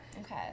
Okay